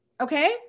Okay